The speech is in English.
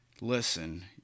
listen